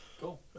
Cool